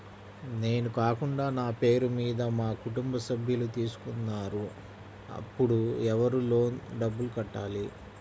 నేను కాకుండా నా పేరు మీద మా కుటుంబ సభ్యులు తీసుకున్నారు అప్పుడు ఎవరు లోన్ డబ్బులు కట్టాలి?